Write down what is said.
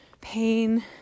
pain